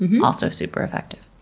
um also super effective.